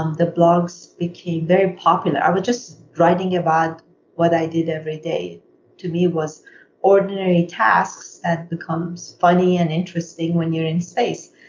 um the blogs became very popular. i was just writing about what i did every day to me was ordinary tasks that becomes funny and interesting when you're in space.